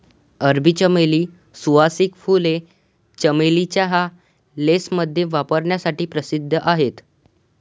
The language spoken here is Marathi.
अरबी चमेली, सुवासिक फुले, चमेली चहा, लेसमध्ये वापरण्यासाठी प्रसिद्ध आहेत